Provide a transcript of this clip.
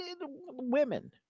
women